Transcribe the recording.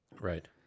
Right